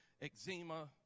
eczema